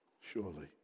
Surely